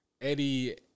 Eddie